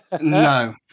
No